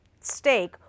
steak